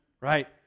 right